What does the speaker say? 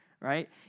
Right